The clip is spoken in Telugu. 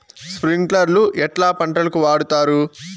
స్ప్రింక్లర్లు ఎట్లా పంటలకు వాడుతారు?